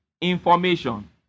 Information